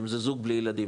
אם זה זוג בלי ילדים,